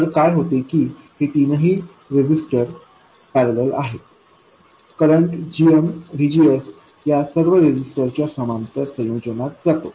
तर काय होते की हे तीनही रेजिस्टर पॅरलल आहेत करंट gmVGS या सर्व रजिस्टरच्या समांतर संयोजनात जातो